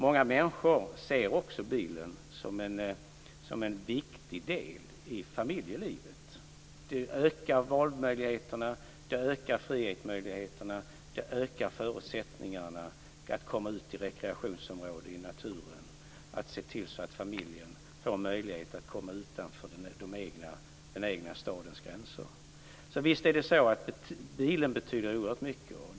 Många människor ser också bilen som en viktig del i familjelivet. Den ökar valmöjligheterna. Den ökar frihetsmöjligheterna. Den ökar förutsättningarna att komma ut till rekreationsområden i naturen och se till att familjen får möjlighet att komma utanför den egna stadens gränser. Så visst betyder bilen oerhört mycket.